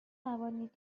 توانید